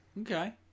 Okay